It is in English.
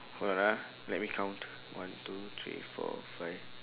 hold on ah let me count one two three four five